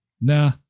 Nah